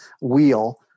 wheel